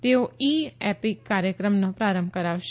તેઓ e EPIC કાર્યક્રમનો પ્રારંભ કરાવશે